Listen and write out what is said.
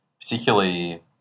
Particularly